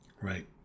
right